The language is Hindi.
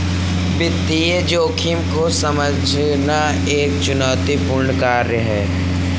वित्तीय जोखिम को समझना एक चुनौतीपूर्ण कार्य है